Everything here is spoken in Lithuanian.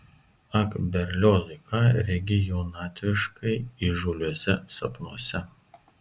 ak berliozai ką regi jaunatviškai įžūliuose sapnuose